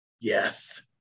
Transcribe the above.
Yes